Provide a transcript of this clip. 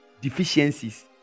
deficiencies